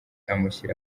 amushyira